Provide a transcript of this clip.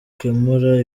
ukemura